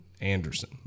Anderson